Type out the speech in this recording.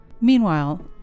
meanwhile